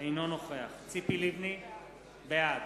אינו נוכח ציפי לבני, בעד